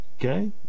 Okay